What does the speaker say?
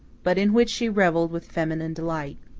but in which she revelled with feminine delight.